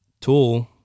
tool